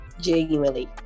Genuinely